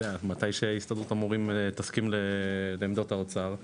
מתי שהסתדרות המורים תסכים לעמדות האוצר,